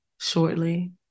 shortly